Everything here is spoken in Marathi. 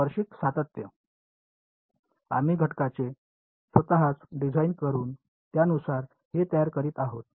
स्पर्शिक सातत्य आम्ही घटकांचे स्वतःच डिझाइन करून त्यानुसार हे तयार करीत आहोत